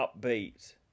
upbeat